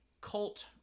cult